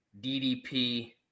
DDP